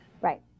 Right